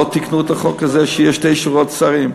לא תיקנו את החוק הזה שיהיו שתי שורות שרים?